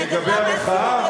לגבי המחאה?